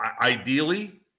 ideally